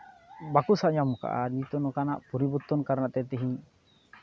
ᱵᱟᱠᱚ ᱥᱟᱵ ᱧᱟᱢ ᱟᱠᱟᱫᱼᱟ ᱱᱤᱛᱳᱝ ᱱᱚᱝᱠᱟᱱᱟᱜ ᱯᱚᱨᱤᱵᱚᱨᱛᱚᱱᱟᱜ ᱠᱟᱨᱚᱱᱟᱜ ᱛᱮ ᱛᱤᱦᱤᱧ